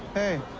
hey,